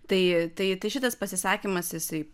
tai tai šitas pasisakymas jisai